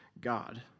God